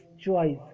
choice